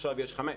עכשיו יש חמישה,